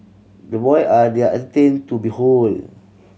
the boy are they are entertaining to behold